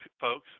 folks